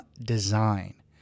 design